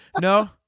No